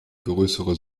größere